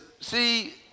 see